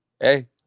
hey